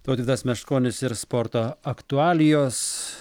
tautvydas meškonis ir sporto aktualijos